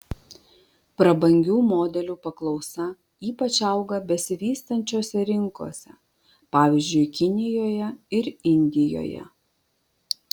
prabangių modelių paklausa ypač auga besivystančiose rinkose pavyzdžiui kinijoje ir indijoje